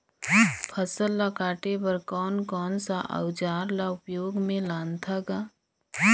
फसल ल काटे बर कौन कौन सा अउजार ल उपयोग में लानथा गा